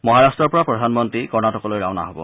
মহাৰাট্টৰ পৰা প্ৰধানমন্ত্ৰীয়ে কৰ্ণাটকলৈ ৰাওনা হব